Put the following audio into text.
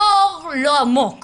בור לא עמוק